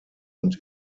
und